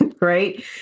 right